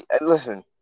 listen